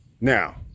Now